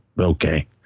okay